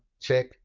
check